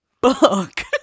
book